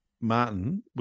Martin